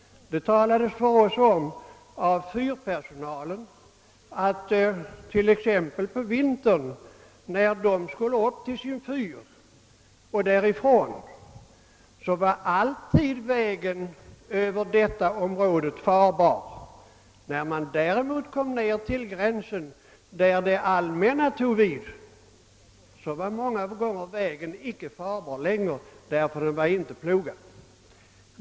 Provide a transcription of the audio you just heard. Fyrpersonalen talade om för oss att när man på vintern skulle till och från sin fyr så var vägen över detta område alltid farbar; när man kom ned till det område där det allmänna tog vid var vägen däremot många gånger icke farbar — den var inte längre plogad.